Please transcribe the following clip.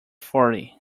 forty